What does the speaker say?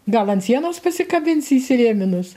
gal ant sienos pasikabinsi įsirėminus